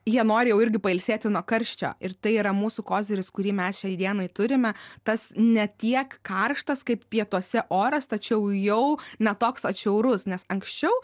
jie nori jau irgi pailsėti nuo karščio ir tai yra mūsų koziris kurį mes šiai dienai turime tas ne tiek karštas kaip pietuose oras tačiau jau ne toks atšiaurus nes anksčiau